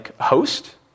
host